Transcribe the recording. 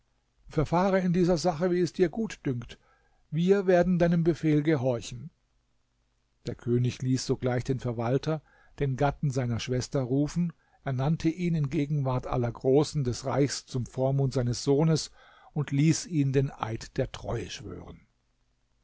verfahre in dieser sache wie es dir gut dünkt wir werden deinem befehl gehorchen der könig ließ sogleich den verwalter den gatten seiner schwester rufen ernannte ihn in gegenwart aller großen des reichs zum vormund seines sohnes und ließ ihn den eid der treue schwören